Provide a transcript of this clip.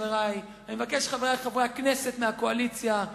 חברי חברי הכנסת מהקואליציה,